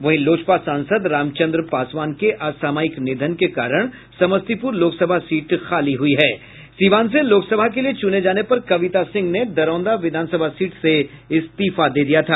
वहीं लोजपा सांसद रामचंद्र पासवान के असामयिक निधन के कारण समस्तीपूर लोकसभा सीट खाली हुई है सीवान से लोकसभा के लिए चुने जाने पर कविता सिंह ने दरौंदा विधानसभा सीट से इस्तीफा दे दिया था